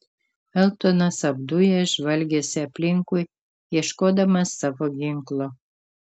eltonas apdujęs žvalgėsi aplinkui ieškodamas savo ginklo